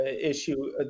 issue